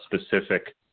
specific